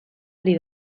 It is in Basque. ari